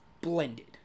blended